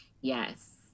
Yes